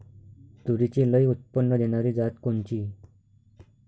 तूरीची लई उत्पन्न देणारी जात कोनची?